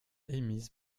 émises